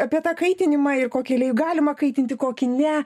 apie tą kaitinimą ir kokį aliejų galima kaitinti kokį ne